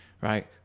right